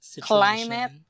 climate